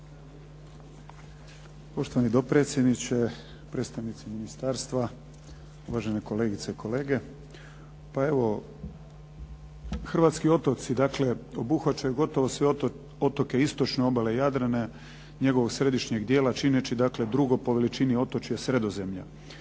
Poštovani dopredsjedniče, predstavnici ministarstva, uvaženi kolegice i kolege. Pa evo, hrvatski otoci dakle obuhvaćaju sve otoke istočne obale Jadrana njegovog središnjeg dijela činjenični dakle drugo po veličini otočje Sredozemlja.